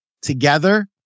together